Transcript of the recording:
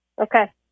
okay